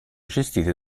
gestite